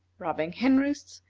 robbing hen-roosts,